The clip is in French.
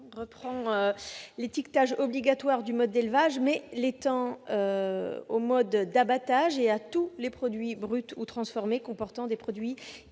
notion d'étiquetage obligatoire du mode d'élevage, mais l'étend au mode d'abattage et à tous les produits bruts ou transformés comportant des produits issus